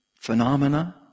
Phenomena